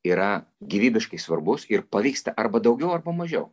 yra gyvybiškai svarbus ir pavyksta arba daugiau arba mažiau